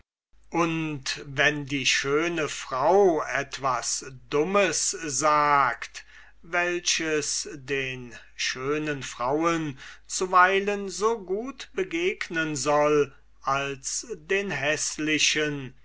und wofern die schöne frau etwas dummes sagt welches den schönen frauen zuweilen so gut begegnen soll als den häßlichen